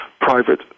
private